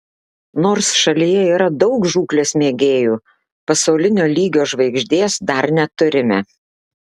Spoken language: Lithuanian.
nors šalyje yra daug žūklės mėgėjų pasaulinio lygio žvaigždės dar neturime